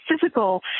physical